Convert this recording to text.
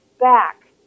back